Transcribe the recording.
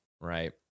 Right